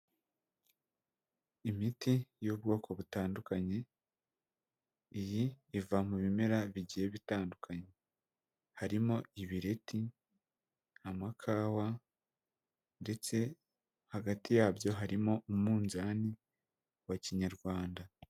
Imiti y'ubwoko butandukanye, iyi iva mu bimera bigiye bitandukanye, harimo ibireti, amakawa ndetse hagati yabyo harimo umunzani wa kinyarwanda.